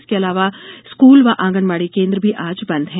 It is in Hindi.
इसके अलावा स्कूल व आंगनवाडी केंद्र भी आज बंद हैं